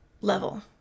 level